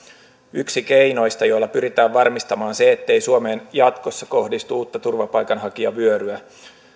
yksi keinoista joilla pyritään varmistamaan se ettei suomeen jatkossa kohdistu uutta turvapaikanhakijavyöryä